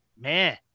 man